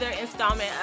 installment